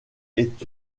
est